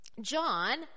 John